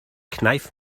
kneif